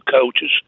coaches